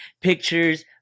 pictures